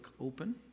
open